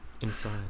Inside